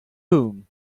whom